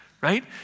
right